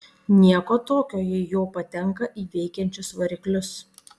nieko tokio jei jo patenka į veikiančius variklius